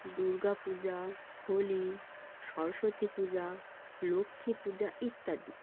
দূর্গা পূজা হোলি সরস্বতী পূজা লক্ষ্মী পূজা ইত্যাদি